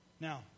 Now